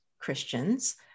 Christians